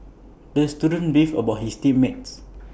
the student beefed about his team mates